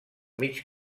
mig